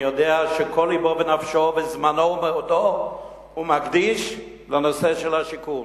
אני יודע שאת כל לבו ונפשו וזמנו ומאודו הוא מקדיש לנושא השיכון.